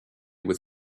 with